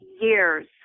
years